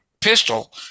pistol